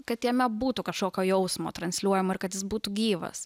kad jame būtų kažkokio jausmo transliuojama ir kad jis būtų gyvas